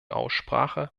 aussprache